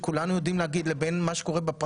רון כץ רות וסרמן לנדה גבי לסקי יעקב מרגי שירלי פינטו